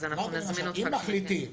אם מחליטים